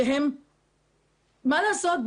ומה לעשות,